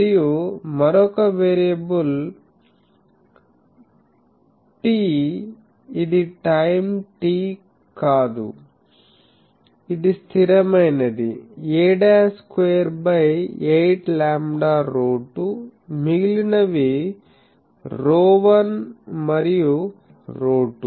మరియు మరొక variable t ఇది టైం t కాదు ఇది స్థిరమైనది a' స్క్వేర్ బై 8 లాంబ్డా ρ2 మిగిలినవి ρ1 మరియు ρ2